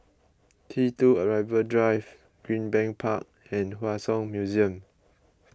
T two Arrival Drive Greenbank Park and Hua Song Museum